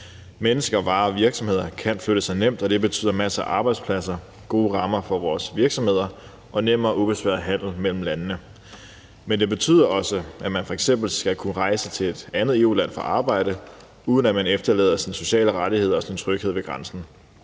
Mennesker, varer og virksomheder kan flytte sig nemt, og det betyder masser af arbejdspladser, gode rammer for vores virksomheder og nem og ubesværet handel mellem landene. Men det betyder også, at man f.eks. skal kunne rejse til et andet EU-land for at arbejde, uden at man efterlader sine sociale rettigheder og sin tryghed ved grænsen.